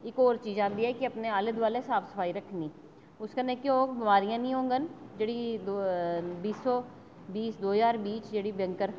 इक और चीज आंदी ऐ कि अपने आले दुआले साफ सफाई रक्खनी उस कन्नै केह् होग बिमारियां नेई होङन जेह्ड़ी बीह् सौ बीह् च दो ज्हार बीह् च जेह्ड़ी भयंकर